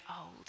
old